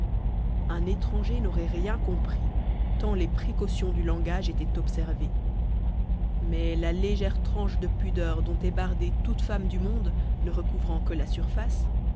un étranger n'aurait rien compris tant les précautions du langage étaient observées mais la légère tranche de pudeur dont est bardée toute femme du monde ne recouvrant que la surface